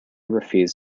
refuses